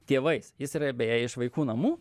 tėvais jis yra beje iš vaikų namų